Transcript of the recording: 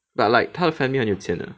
but like 他的 family 很有钱的